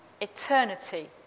eternity